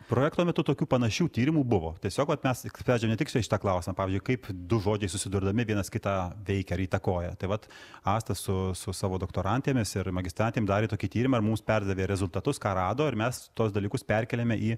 projekto metu tokių panašių tyrimų buvo tiesiog vat mes iš pradžių ne tik į šitą klausimą pavyzdžiui kaip du žodžiai susidurdami vienas kitą veikia ar įtakoja tai vat asta su su savo doktorantėmis ir magistrantėm darė tokį tyrimą ir mums perdavė rezultatus ką rado ir mes tuos dalykus perkeliame į